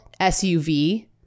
SUV